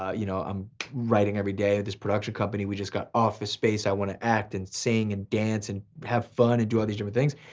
um you know i'm writing everyday with this production company, we just got office space, i wanna act and sing and dance, and have fun, and do all these different things.